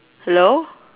hello